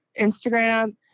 Instagram